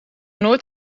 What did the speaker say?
nooit